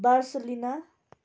Barcelona